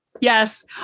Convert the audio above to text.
Yes